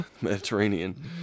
Mediterranean